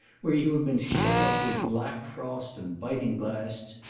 where you have been shut up with black frost and biting blasts,